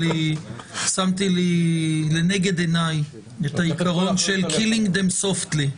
שמתי לי לנגד עיניי את העיקרון של Killing them softly.